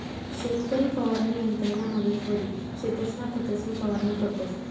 शेतकरी फवारणी यंत्रना मदतवरी शेतसमा खतंसनी फवारणी करतंस